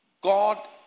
God